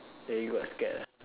then you got scared